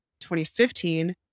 2015